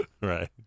Right